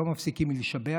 לא מפסיקים לשבח,